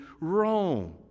Rome